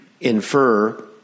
infer